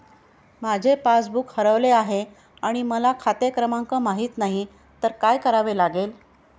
माझे पासबूक हरवले आहे आणि मला खाते क्रमांक माहित नाही तर काय करावे लागेल?